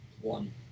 One